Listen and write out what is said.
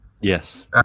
Yes